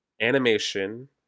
animation